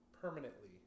permanently